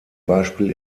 beispiel